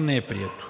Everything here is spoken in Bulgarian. не е прието.